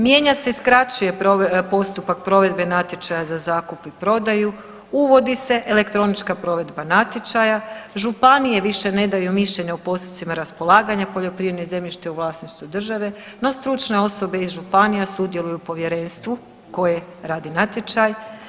Mijenja se i skraćuje postupak provedbe natječaja za zakup i prodaju, uvodi se elektronička provedba natječaja, županije više ne daju mišljenje o postupcima raspolaganja poljoprivrednim zemljištem u vlasništvu države, no stručne osobe iz županija sudjeluju u povjerenstvu koje radi natječaj.